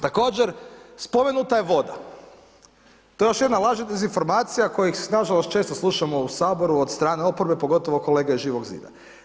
Također, spomenuta je voda to je još jedna laž i dezinformacija kojih nažalost često slušamo u saboru od strane oporbe pogotovo od kolega iz Živog zida.